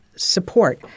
Support